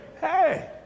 hey